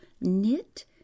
knit